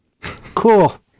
Cool